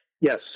Yes